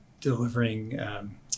delivering